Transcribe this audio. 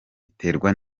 biterwa